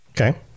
Okay